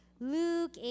Luke